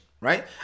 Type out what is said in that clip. right